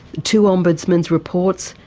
two ombudsmen's reports,